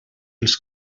els